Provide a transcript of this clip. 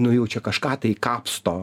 nu jau čia kažką tai kapsto